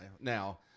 now